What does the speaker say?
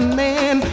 man